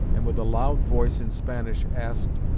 and with a loud voice, in spanish, asked,